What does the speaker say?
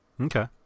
Okay